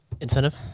incentive